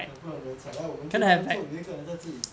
ya 不要冷场来我们就当作有一个人在自己